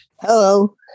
hello